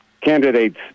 candidates